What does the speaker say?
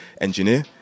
engineer